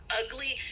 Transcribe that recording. ugly